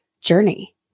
journey